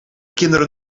kinderen